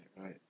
right